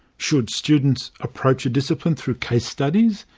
should students approach a discipline through case studies,